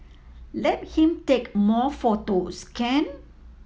let him take more photos can